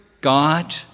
God